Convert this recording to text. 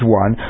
one